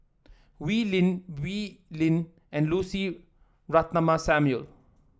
Wee Lin Wee Lin and Lucy Ratnammah Samuel